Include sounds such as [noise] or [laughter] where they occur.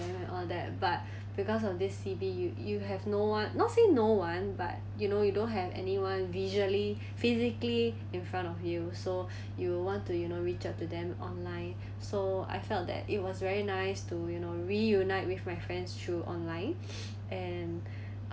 them and all that but because of this C_B you you have no one not say no one but you know you don't have anyone visually physically in front of you so [breath] you want to you know reach out to them online so I felt that it was very nice to you know reunite with my friends through online [noise] and